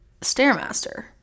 stairmaster